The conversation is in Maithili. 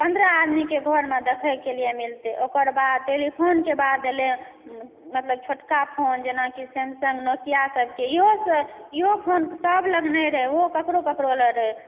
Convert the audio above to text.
पन्द्रह आदमीके घरमऽ देखयके लिए मिलतय ओकर बाद टेलीफोनके बाद एलय मतलब छोटका फोन जेनाकि सैमसंग नोकिया सभके इहो फोनसभ लग नहि रहए ओहो ककरो ककरो लग रहय